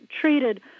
treated